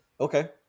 Okay